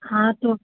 हाँ तो